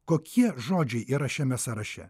kokie žodžiai yra šiame sąraše